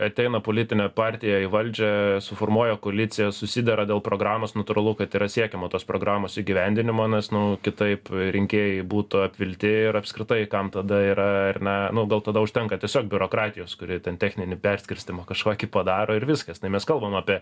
ateina politinė partiją į valdžią suformuoja koaliciją susidera dėl programos natūralu kad yra siekiama tos programos įgyvendinimo nes nu kitaip rinkėjai būtų apvilti ir apskritai kam tada yra ar ne nu gal tada užtenka tiesiog biurokratijos kuri ten techninį perskirstymą kažkokį padaro ir viskas tai mes kalbam apie